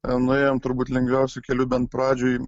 nuėjom turbūt lengviausiu keliu bent pradžiai